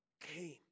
came